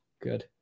Good